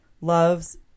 loves